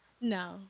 No